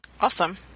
Awesome